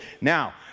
Now